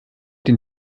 den